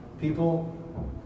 people